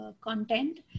content